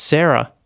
Sarah